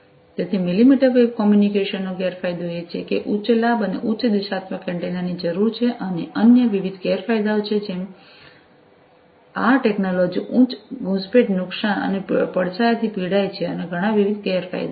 તેથી millimetre wave કમ્યુનિકેશનના ગેરફાયદા એ છે કે ઉચ્ચ લાભ અને ઉચ્ચ દિશાત્મક એન્ટેના ની જરૂર છે અને અન્ય વિવિધ ગેરફાયદાઓ છે જેમ કે આ ટેક્નોલોજી ઉચ્ચ ઘૂંસપેંઠ નુકશાન અને પડછાયાથી પીડાય છે અને ઘણાં વિવિધ ગેરફાયદા છે